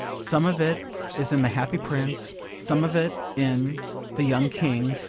some of it is in the happy prince, some of it in the young king,